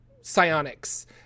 psionics